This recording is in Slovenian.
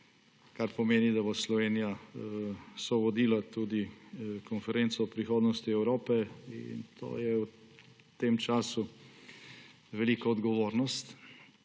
kar pomeni, da bo Slovenija sovodila tudi konferenco o prihodnosti Evrope. To je v tem času velika odgovornost,